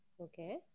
Okay